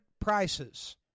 prices